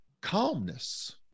calmness